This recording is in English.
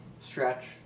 Stretch